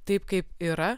taip kaip yra